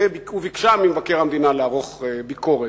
וביקשה ממבקר המדינה לערוך ביקורת.